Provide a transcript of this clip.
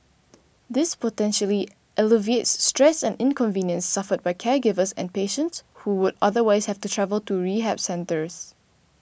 this potentially alleviates stress and inconvenience suffered by caregivers and patients who would otherwise have to travel to rehab centres